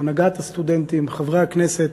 הנהגת הסטודנטים, חברי הכנסת,